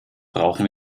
brauchen